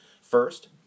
First